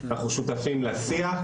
אנחנו שותפים לשיח,